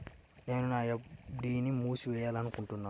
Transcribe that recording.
నేను నా ఎఫ్.డీ ని మూసివేయాలనుకుంటున్నాను